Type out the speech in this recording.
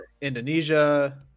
Indonesia